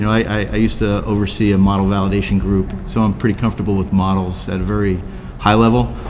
i used to oversee a model validation group, so i'm pretty comfortable with models at a very high level.